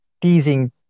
teasing